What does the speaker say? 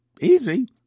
easy